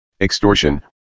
extortion